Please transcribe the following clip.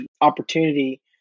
opportunity